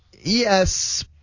Yes